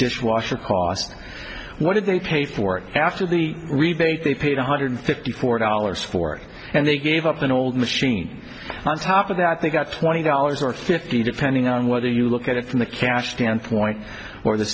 dish washer cost what did they pay for it after the rebate they paid one hundred fifty four dollars for it and they gave up an old machine on top of that they got twenty dollars or fifty depending on whether you look at it from the cash standpoint or the